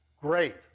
great